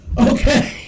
Okay